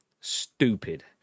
stupid